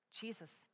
Jesus